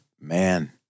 man